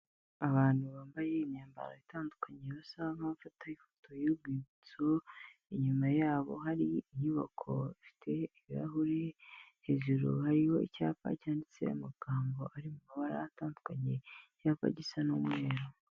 Abantu bambaye imyambaro itandukanye basa nk'aho bafata ifoto y'urwibutso inyuma yabo hari inyubako ifite ibirahuri, hejuru hariho icyapa cyanditseho amagambo ari mu mabara atandukanye icyapa gisa n'umweru.